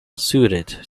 suited